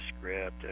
script